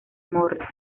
morris